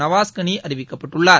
நவாஸ் கனி அறிவிக்கப்பட்டுள்ளார்